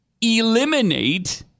eliminate